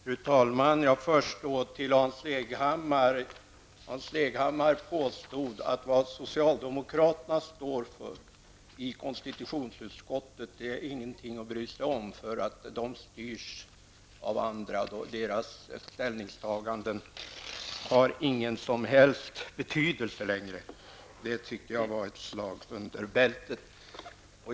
Fru talman! Hans Leghammar påstod att vad socialdemokraterna står för i konstitutionsutskottet är ingenting att bry sig om, för det styrs av andra; deras ställningstaganden har ingen som helst betydelse längre. Det tycker jag var ett slag under bältet.